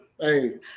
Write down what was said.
hey